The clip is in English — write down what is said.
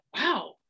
wow